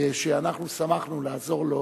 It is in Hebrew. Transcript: ששמחנו לעזור לו